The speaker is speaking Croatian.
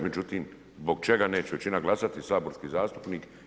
Međutim, zbog čega neće većina glasati saborski zastupnik.